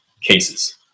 cases